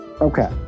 Okay